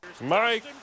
Mike